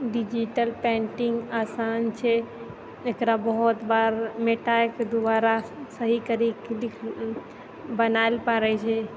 digital painting आसान छै एकरा बहुत बार मिटायके दुबारा सही करिके बनैल पड़ै छै